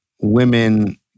women